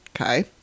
Okay